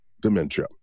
dementia